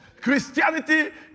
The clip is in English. Christianity